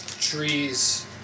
trees